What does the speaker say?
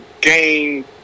game